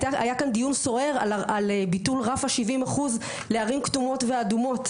היה כאן דיון סוער על ביטול רף ה-70% לערים כתומות ואדומות.